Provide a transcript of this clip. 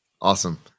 Awesome